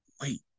wait